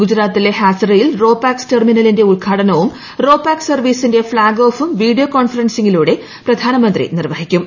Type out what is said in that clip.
ഗുജറാത്തിലെ ഹാസിറയിൽ ro pax ടെർമിനലിന്റെ ഉദ്ഘാടനവും റോ പാക്സ് സർവ്വീസിന്റെ ഫ്ളാഗ് ഓഫും വീഡിയോ കോൺഫറൻസിംഗിലൂടെ പ്രധാനമന്ത്രി നിർവ്വഹിക്കും